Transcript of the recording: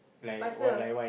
but still